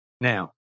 Now